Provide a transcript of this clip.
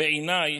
בעיניי,